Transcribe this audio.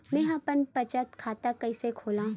मेंहा अपन बचत खाता कइसे खोलव?